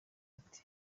ati